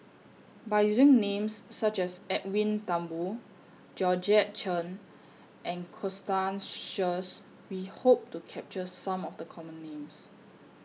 By using Names such as Edwin Thumboo Georgette Chen and Constance Sheares We Hope to capture Some of The Common Names